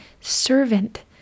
servant